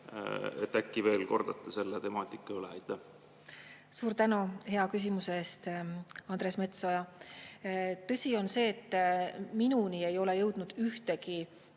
Äkki veel kordate selle temaatika üle. Suur tänu hea küsimuse eest, Andres Metsoja! Tõsi on see, et minuni ei ole jõudnud ühtegi